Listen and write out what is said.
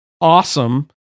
awesome